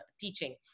teaching